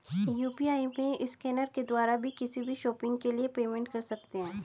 UPI में scanner के द्वारा भी किसी भी शॉपिंग के लिए पेमेंट कर सकते है